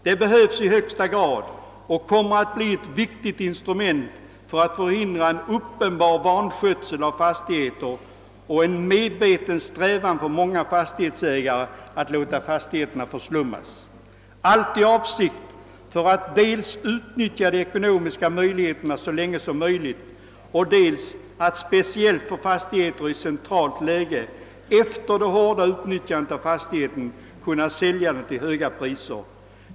Den behövs i högsta grad och kommer att bli ett viktigt instrument för att förhindra en uppenbar vanskötsel av fastigheter och en medveten strävan för många fastighetsägare att låta fastigheterna förslummas, allt i avsikt att dels ut nyttja de ekonomiska möjligheterna så länge som möjligt och dels, speciellt för fastigheter i centralt läge, efter det hårda utnyttjandet av fastigheten kunna sälja den till högt pris.